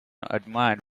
admired